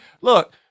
look